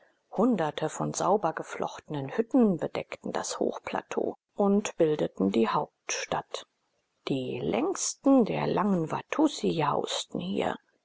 hunderte von sauber geflochtenen hütten bedeckten das hochplateau und bildeten die hauptstadt die längsten der langen watussi hausten hier